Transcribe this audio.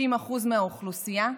60% מהאוכלוסייה,